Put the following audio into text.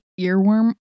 earworm